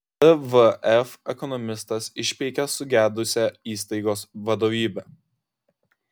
tvf ekonomistas išpeikė sugedusią įstaigos vadovybę